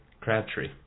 Crabtree